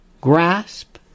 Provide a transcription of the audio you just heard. grasp